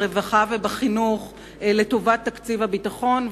ברווחה ובחינוך לטובת תקציב הביטחון.